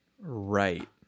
right